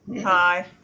Hi